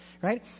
right